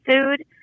food